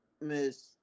Miss